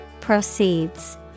Proceeds